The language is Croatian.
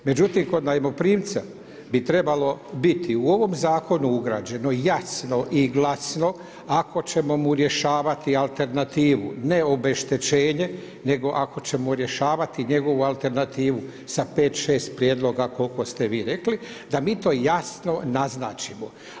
Međutim, kod najmoprimca bi trebalo biti u ovom zakonu ugrađeno jasno i glasno ako ćemo mu rješavati alternativu, ne obeštećenje, nego ako ćemo rješavati njegovu alternativu sa pet, šest prijedloga koliko ste vi rekli da mi to jasno naznačimo.